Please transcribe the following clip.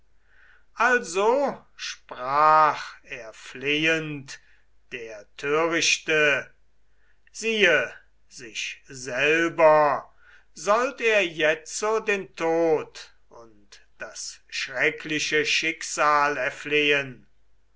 also sprach er flehend der törichte siehe sich selber sollt er jetzo den tod und das schreckliche schicksal erflehen